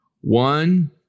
One